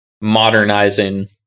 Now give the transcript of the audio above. modernizing